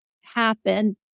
happen